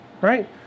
Right